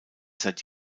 seit